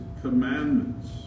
commandments